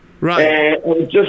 Right